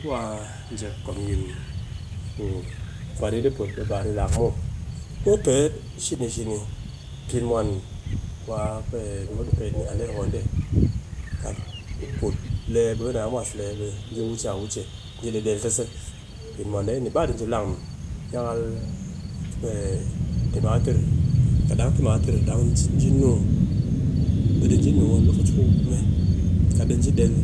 Ku kwa jep kom yim ku kwani di put ba di lang muw, mop pe shini shini, pinmwan ku mop di pet ni a aleho dee, kat put lee ɓe kɨ naa mwase le be ji wuce a wuce, ni del ta se, pinmwan dee ni baa di ji lang muw. Yakal ni del a del se, pinmwan ɗee ni ba di ji lang muw, yakal timatir, kat ɗang ji nung ɓe ɗi ji nung a lokaci ku kume. Kat ji den,